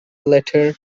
letter